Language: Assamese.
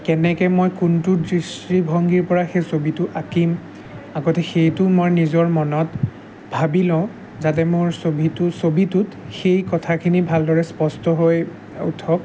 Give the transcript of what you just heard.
কেনেকৈ মই কোনটো দৃষ্টিভংগীৰপৰা সেই ছবিটো আঁকিম আগতে সেইটো মই নিজৰ মনত ভাবি লওঁ যাতে মোৰ ছবিটো ছবিটোত সেই কথাখিনি ভালদৰে স্পষ্টহৈ উঠক